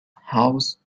holes